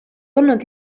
olnud